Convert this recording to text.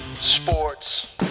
sports